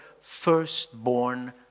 firstborn